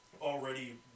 already